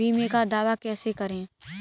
बीमे का दावा कैसे करें?